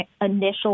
initial